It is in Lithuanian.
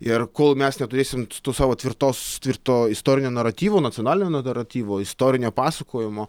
ir kol mes neturėsim tos savo tvirtos tvirto istorinio naratyvo nacionalinio naratyvo istorinio pasakojimo